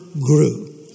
grew